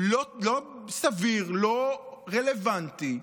לא סביר, לא רלוונטי,